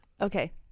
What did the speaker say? Okay